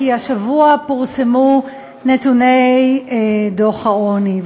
כי השבוע פורסמו נתוני דוח העוני,